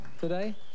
today